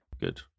good